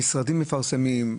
המשרדים מפרסמים.